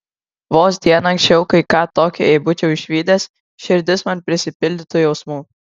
vos diena anksčiau kai ką tokio jei būčiau išvydęs širdis man prisipildytų jausmų